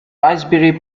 raspberry